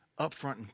upfront